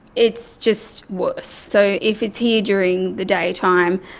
it's just worse. so if it's here during the daytime,